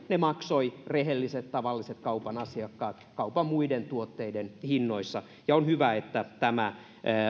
ne maksoi rehelliset tavalliset kaupan asiakkaat maksoivat ne kaupan muiden tuotteiden hinnoissa ja on hyvä että tämä